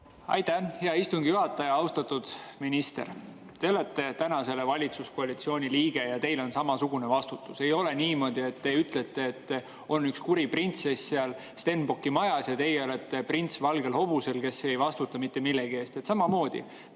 Aitäh, hea istungi juhataja! Austatud minister! Te olete selle valitsuskoalitsiooni liige ja teil on samasugune vastutus. Ei ole niimoodi, et te ütlete, et on üks kuri printsess seal Stenbocki majas ja teie olete prints valgel hobusel, kes ei vastuta mitte millegi eest. Teie